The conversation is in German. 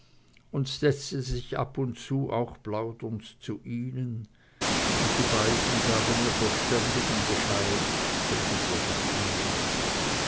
und setzte sich auch ab und zu plaudernd zu ihnen und die beiden gaben ihr verständigen bescheid welches ihr gefiel